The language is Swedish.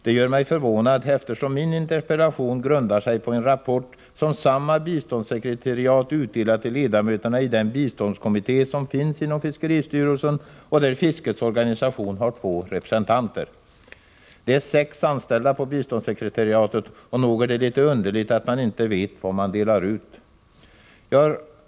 Det gör mig förvånad, eftersom min interpellation grundar sig på en rapport som samma biståndssekretariat utdelat till ledamöterna i den biståndskommitté som finns inom fiskeristyrelsen och där fiskets organisationer har två representanter. Det finns sex anställda på biståndssekretariatet, och nog är det litet underligt att man inte vet vad man delar ut.